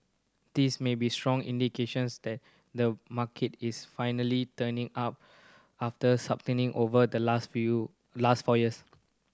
this may be strong indications that the market is finally turning up after over the last few last four years